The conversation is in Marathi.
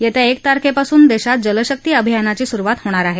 येत्या एक तारखेपासून देशात जलशक्ती अभियानाची सुरुवात होणार आहे